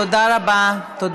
תודה רבה.